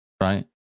right